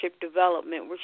development